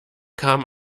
kam